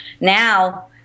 now